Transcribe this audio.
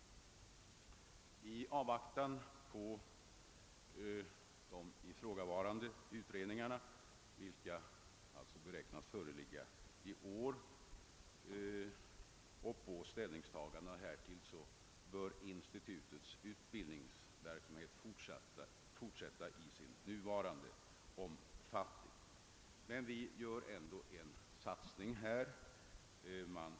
I avvaktan på de ifrågavarande utredningarna, vilka beräknas föreligga i år, och på ställnings tagandena i anledning härav bör institutets utbildningsverksamhet fortsätta i sin nuvarande omfattning. Vi gör emellertid ändå en satsning på detta område.